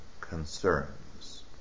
concerns